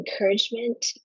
encouragement